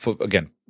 again –